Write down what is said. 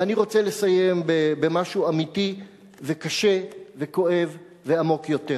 ואני רוצה לסיים במשהו אמיתי וקשה וכואב ועמוק יותר.